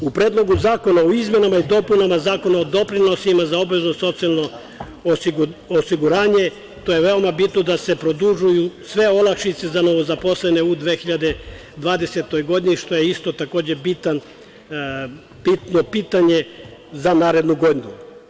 U Predlogu zakona o izmenama i dopunama Zakona o doprinosima za obavezno socijalo osiguranje, to je veoma bitno da se produžavaju sve olakšice za novozaposlene u 2020. godini što je isto takođe bitno pitanje za narednu godinu.